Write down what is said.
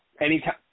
Anytime